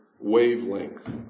wavelength